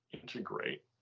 integrate